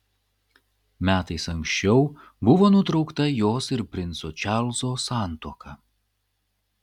metais anksčiau buvo nutraukta jos ir princo čarlzo santuoka